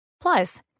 Plus